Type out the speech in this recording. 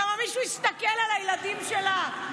למה, מישהו יסתכל על הילדים שלה?